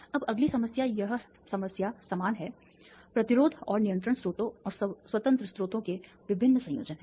अब अगली समस्या यह सब समस्या समान है प्रतिरोध और नियंत्रण स्रोतों और स्वतंत्र स्रोतों के विभिन्न संयोजन हैं